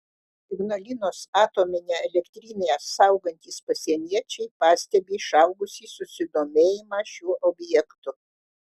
ignalinos atominę elektrinę saugantys pasieniečiai pastebi išaugusį susidomėjimą šiuo objektu